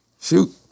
Shoot